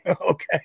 Okay